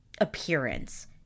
appearance